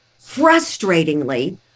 frustratingly